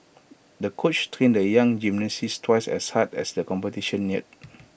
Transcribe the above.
the coach trained the young gymnast twice as hard as the competition neared